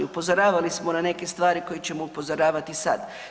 Upozoravali smo na neke stvari koje ćemo upozoravati sad.